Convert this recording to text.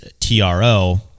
TRO